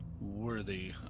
worthy